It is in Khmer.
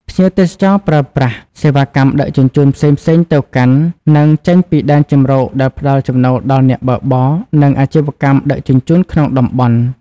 ភ្ញៀវទេសចរប្រើប្រាស់ សេវាកម្មដឹកជញ្ជូនផ្សេងៗទៅកាន់ និងចេញពីដែនជម្រក ដែលផ្តល់ចំណូលដល់អ្នកបើកបរ និងអាជីវកម្មដឹកជញ្ជូនក្នុងតំបន់។